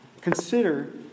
consider